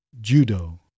judo